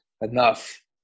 enough